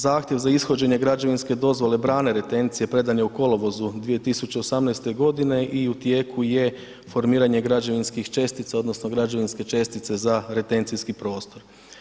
Zahtjev za ishođenje građevinske dozvole brane retencije predane u kolovozu 2018. godine i u tijeku je formiranje građevinskih čestica odnosno građevinske čestice za retencijski prostor.